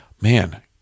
man